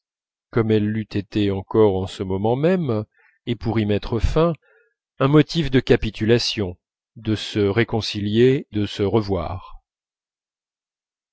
comme elle eût été encore en ce moment même et pour y mettre fin un motif de capitulation de se réconcilier de se revoir